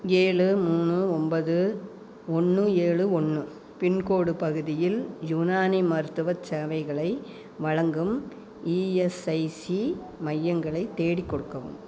ஏழு மூணு ஒன்பது ஒன்று ஏழு ஒன்று பின்கோடு பகுதியில் யுனானி மருத்துவச் சேவைகளை வழங்கும் இஎஸ்ஐசி மையங்களை தேடிக் கொடுக்கவும்